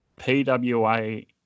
PWA